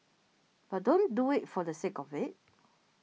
but don't do it for the sake of it